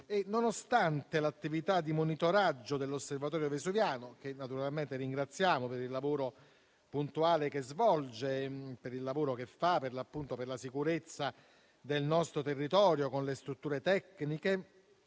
Nonostante l'attività di monitoraggio dell'Osservatorio vesuviano, che naturalmente ringraziamo per il lavoro puntuale che svolge per la sicurezza del nostro territorio, con le strutture tecniche,